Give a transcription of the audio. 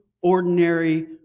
ordinary